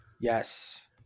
yes